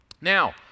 Now